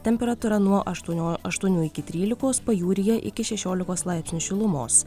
temperatūra nuo aštuonio aštuonių iki trylikos pajūryje iki šešiolikos laipsnių šilumos